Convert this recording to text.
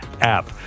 app